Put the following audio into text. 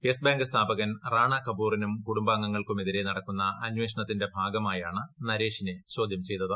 yes Bank സ്ഥാപകൻ റാണ കപൂറിനും കുടുംബാംഗങ്ങൾക്കും എതിരെ നടക്കുന്ന അന്വേഷണത്തിന്റെ ഭാഗമായാണ് നരേഷിനെ ചോദൃം ചെയ്തത്